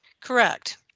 Correct